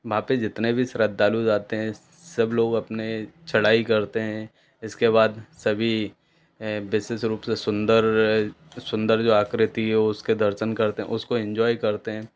वहाँ पे जितने भी स्रद्दालू जाते है सब लोग अपने चढ़ाई करते हैं इसके बाद सवी विशेष रूप से सुंदर सुंदर जो आकृति है वो उसके दर्शन करते है उसको एन्ज्वॉय करते है